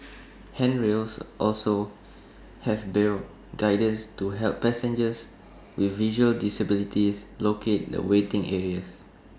handrails also have braille guidance to help passengers with visual disabilities locate the waiting areas